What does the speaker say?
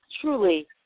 truly